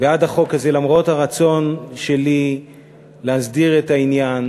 בעד החוק הזה, למרות הרצון שלי להסדיר את העניין,